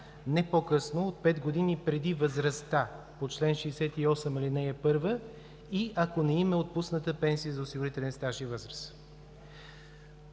не по-късно от пет години преди възрастта по чл. 68, ал. 1 и, ако не им е отпусната пенсия за осигурителен стаж и възраст.